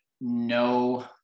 no